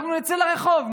אנחנו נצא לרחוב.